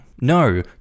No